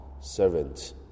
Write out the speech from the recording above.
servant